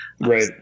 Right